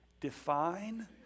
define